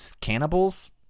cannibals